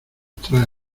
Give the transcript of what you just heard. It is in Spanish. trae